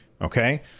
okay